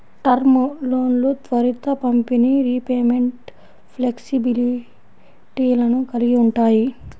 term లోన్లు త్వరిత పంపిణీ, రీపేమెంట్ ఫ్లెక్సిబిలిటీలను కలిగి ఉంటాయి